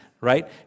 right